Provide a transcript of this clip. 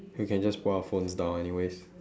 we can just put our phones down anyway